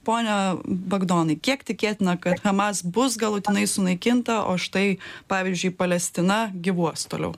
pone bagdonai kiek tikėtina kad hamas bus galutinai sunaikinta o štai pavyzdžiui palestina gyvuos toliau